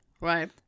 Right